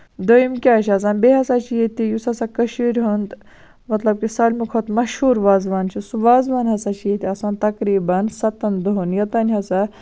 دوٚیِم کیاہ چھُ آسان بیٚیہِ ہسا چھُ ییٚتہِ یُس ہسا کٔشیٖر ہُند مطلب کہِ ساروی کھۄتہٕ مَشہوٗر وازوان چھُ سُہ وازوان ہسا چھُ ییٚتہِ آسان تَقریٖبَن سَتَن دۄہَن یوتام ہسا